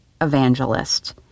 evangelist